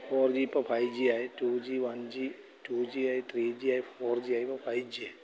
four G ഇപ്പം five G ആയി two G one G two G ആയി three G ആയി ഫോർ ജി ആയി ഇപ്പോൾ ഫൈവ് ജി ആയി